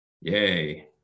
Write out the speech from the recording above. yay